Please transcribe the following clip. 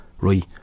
right